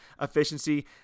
efficiency